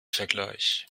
vergleich